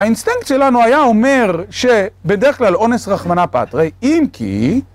האינסטנקט שלנו היה אומר שבדרך כלל אונס רחמנה פטרי אם כי